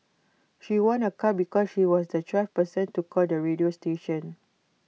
she won A car because she was the twelfth person to call the radio station